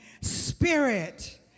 spirit